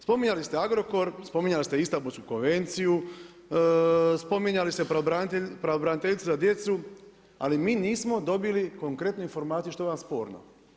Spominjali ste Agrokor, spominjali ste Istanbulsku konvenciju, spominjali ste pravobraniteljicu za djecu ali mi nismo dobili konkretnu informaciju što vam je sporno.